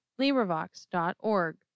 librivox.org